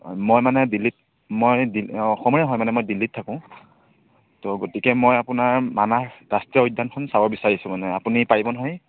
হয় মই মানে দিল্লীত মই দিল্ অঁ অসমীয়াই হয় মই দিল্লীত থাকোঁ তো গতিকে মই আপোনাৰ মানাহ ৰাষ্ট্ৰীয় উদ্যানখন চাব বিচাৰিছোঁ মানে আপুনি পাৰিব নহয়